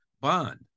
Bond